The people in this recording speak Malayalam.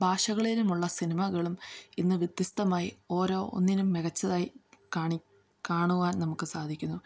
ഭാഷകളിലും ഉള്ള സിനിമകളും ഇന്ന് വ്യത്യസ്തമായി ഓരോ ന്നിനും മികച്ചതായി കാണുവാൻ നമുക്ക് സാധിക്കുന്നു